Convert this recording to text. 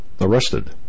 arrested